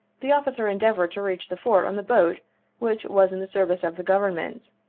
the officer endeavored to reach the fort on the boat which was in the service of the government,